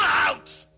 out!